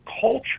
culture